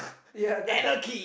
ya